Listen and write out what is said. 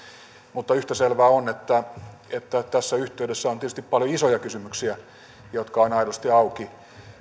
mutta yhtä selvää on että tässä yhteydessä on tietysti paljon isoja kysymyksiä jotka ovat aidosti auki